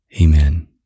Amen